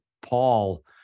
Paul